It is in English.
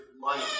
money